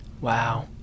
wow